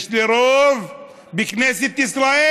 יש לי רוב בכנסת ישראל,